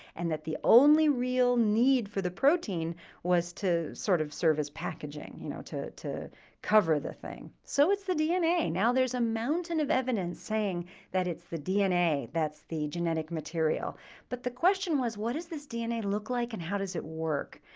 and that the only real need for the protein was to sort of serve as packaging. you know, to, to cover the thing. so it's the dna. now there's a mountain of evidence saying that it's the dna that's the genetic but but the question was what does this dna look like and how does it work.